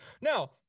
Now